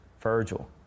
Virgil